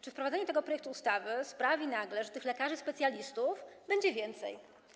Czy wprowadzenie tego projektu ustawy nagle sprawi, że tych lekarzy specjalistów będzie więcej?